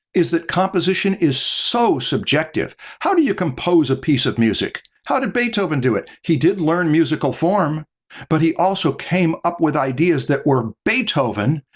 is that composition is so subjective. how do you compose a piece of music? how did beethoven do it? he did learn musical form but he also came up with ideas that were beethoven,